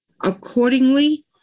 Accordingly